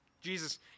Jesus